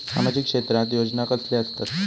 सामाजिक क्षेत्रात योजना कसले असतत?